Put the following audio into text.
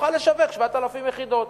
תוכל לשווק 7,000 יחידות.